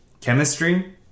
chemistry